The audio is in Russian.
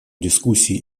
дискуссии